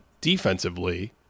defensively